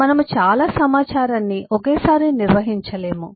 మనము చాలా సమాచారాన్నిఒకేసారి నిర్వహించలేము